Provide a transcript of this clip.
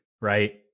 right